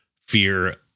fear